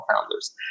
founders